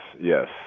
Yes